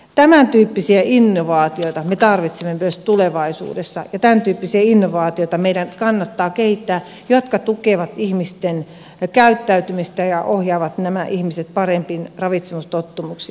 tämäntyyppisiä innovaatioita me tarvitsemme myös tulevaisuudessa ja tämäntyyppisiä innovaatioita meidän kannattaa kehittää jotka tukevat ihmisten käyttäytymistä ja ohjaavat nämä ihmiset parempiin ravitsemustottumuksiin